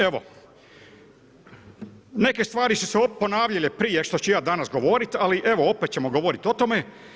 Evo, neke stvari su se ponavljale prije što ću ja danas govoriti, ali evo, opet ćemo govoriti o tome.